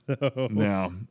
No